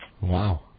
Wow